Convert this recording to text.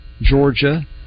Georgia